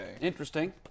interesting